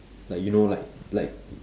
like you know like like